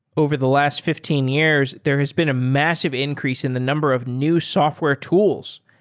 over the last fifteen years, there has been a massive increase in the number of new software tools.